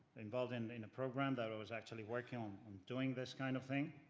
involved in in a program that i was actually working um on doing this kind of thing.